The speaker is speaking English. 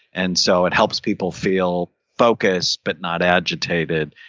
and so it helps people feel focused but not agitated,